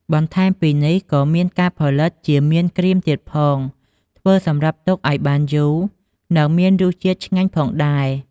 បន្ថែមពីនេះ ក៏មានការផលិតជាមៀនក្រៀមទៀតផង ធ្វើសម្រាប់ទុកឱ្យបានយូរ និង មានរសជាតិឆ្ងាញ់ផងដែរ។